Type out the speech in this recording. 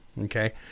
Okay